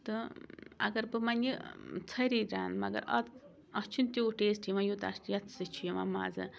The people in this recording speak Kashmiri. تہٕ اگر بہٕ وۄَنۍ یہِ ژھٔری رَن مگر اَتھ اَتھ چھُنہٕ تیوٗت ٹیسٹ یِوان یوٗتاہ اَ یَتھ سۭتۍ چھُ یِوان مَزٕ